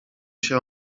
się